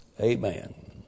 Amen